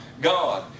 God